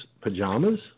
pajamas